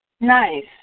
Nice